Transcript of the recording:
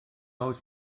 oes